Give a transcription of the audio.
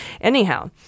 Anyhow